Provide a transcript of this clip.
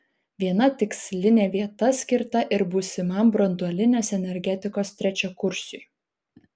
viena tikslinė vieta skirta ir būsimam branduolinės energetikos trečiakursiui